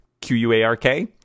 Q-U-A-R-K